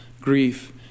grief